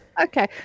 Okay